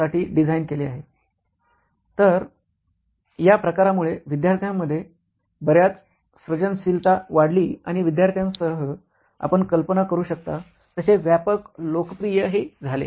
तर या प्रकारामुळे विद्यार्थ्यांमध्ये बर्याच सर्जनशीलता वाढली आणि विद्यार्थ्यांसह आपण कल्पना करू शकता तसे व्यापक लोकप्रिय हि झाले